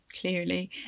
clearly